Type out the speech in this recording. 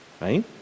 right